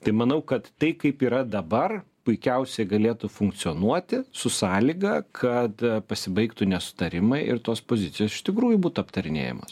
tai manau kad tai kaip yra dabar puikiausiai galėtų funkcionuoti su sąlyga kad pasibaigtų nesutarimai ir tos pozicijos iš tikrųjų būtų aptarinėjamos